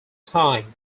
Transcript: time